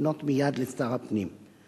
לפנות מייד לשר הפנים.